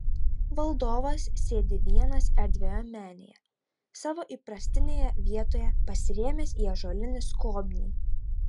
valdovas sėdi vienas erdvioje menėje savo įprastinėje vietoje pasirėmęs į ąžuolinį skobnį